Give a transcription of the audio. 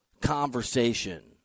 conversation